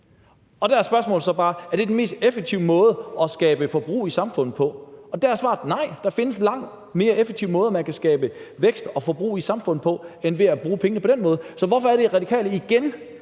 Der er spørgsmålet så bare: Er det den mest effektive måde at skabe forbrug i samfundet på? Og der er svaret nej. Der findes langt mere effektive måder, man kan skabe vækst og forbrug i samfundet på, end ved at bruge pengene på den måde. Så hvorfor er det, Radikale igen